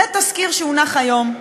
זה תזכיר שהונח היום.